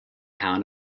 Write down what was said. town